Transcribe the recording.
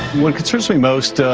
what concerns me most? ah